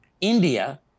India